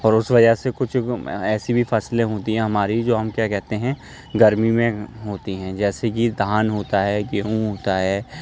اور اس وجہ سے کچھ ایسی بھی فصلیں ہوتی ہیں ہماری جو ہم کیا کہتے ہیں گرمی میں ہوتی ہیں جیسے کہ دھان ہوتا ہے گیہوں ہوتا ہے